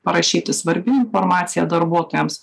parašyti svarbi informacija darbuotojams